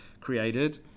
created